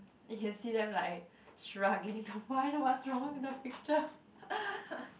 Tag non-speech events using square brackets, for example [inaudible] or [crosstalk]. you can see them like struggling to find what's wrong with the picture [laughs]